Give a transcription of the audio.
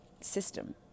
system